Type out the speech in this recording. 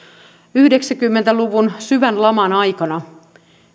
yhdeksänkymmentä luvun syvän laman aikana